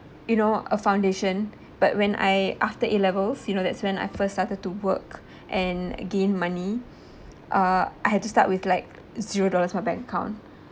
you know a foundation but when I after A levels you know that's when I first started to work and gain money uh I had to start with like zero dollars in my bank account